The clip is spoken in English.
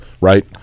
right